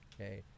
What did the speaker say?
Okay